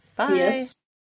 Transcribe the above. Yes